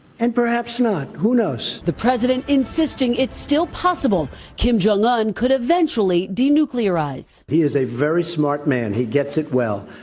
and perhaps not. who knows. reporter the president insisting it's still possible kim jong-un could eventually denuclearize. he's a very smart man. he gets it well.